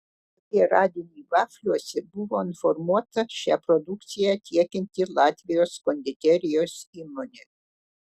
apie radinį vafliuose buvo informuota šią produkciją tiekianti latvijos konditerijos įmonė